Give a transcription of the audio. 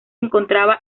encontraba